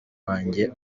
wanjye